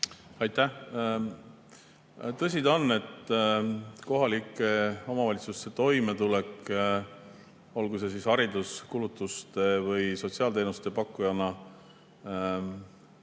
Aitäh! Tõsi ta on, et kohalike omavalitsuste toimetulek, olgu see hariduse või sotsiaalteenuste pakkujana,